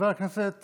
חבר הכנסת